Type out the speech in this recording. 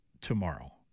tomorrow